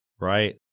Right